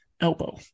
elbow